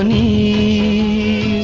a